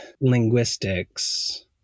linguistics